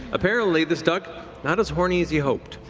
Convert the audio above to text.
apparently, this duck not as horny as you hoped.